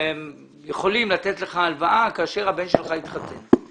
יכולים לתת לך הלוואה כאשר הבן שלך יתחתן.